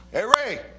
eric,